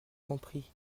compris